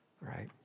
Right